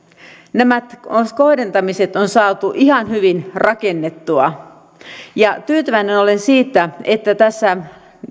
nämä kohdentamiset on saatu ihan hyvin rakennettua ja tyytyväinen olen siitä että tässä